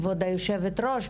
כבוד יושבת-הראש,